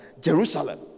Jerusalem